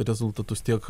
rezultatus tiek